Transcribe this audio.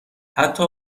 حتی